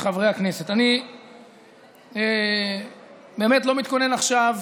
חברי הכנסת, אני באמת לא מתכונן עכשיו